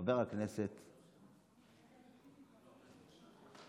חברת הכנסת נאור שירי.